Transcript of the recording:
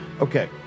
Okay